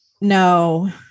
No